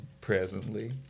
presently